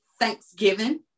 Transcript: thanksgiving